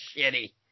shitty